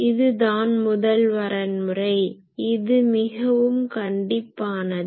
இது தான் முதல் வரன்முறை இது மிகவும் கண்டிப்பானது